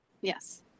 yes